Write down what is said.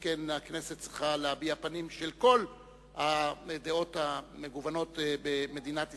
שכן הכנסת צריכה להציג פנים של כל הדעות המגוונות במדינת ישראל,